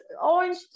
orange